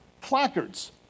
placards